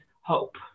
hope